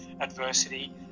adversity